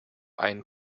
einen